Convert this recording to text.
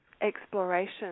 exploration